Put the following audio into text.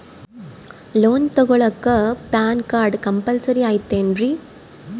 Loan ತೊಗೊಳ್ಳಾಕ PAN card compulsory ಐಯ್ತೇನ್ರಿ?